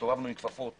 כשהסתובבנו עם כפפות